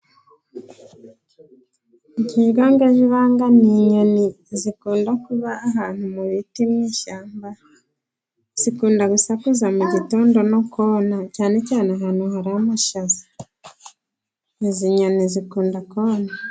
Ingangayibanga ni inyoni zikunda ahantu mu biti mu ishyamba, zikunda gusakuza mu gitondo no kona, cyane cyane ahantu hari amashaza izi nyoni zikunda kona.